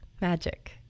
magic